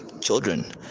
children